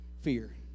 fear